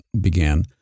began